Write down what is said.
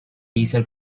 diesel